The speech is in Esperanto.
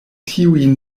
tiujn